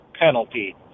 penalty